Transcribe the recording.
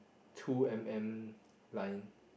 two M_M line